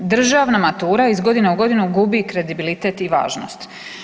Državna matura iz godine u godinu gubi kredibilitet i važnost.